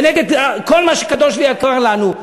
ונגד כל מה שקדוש ויקר לנו,